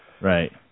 right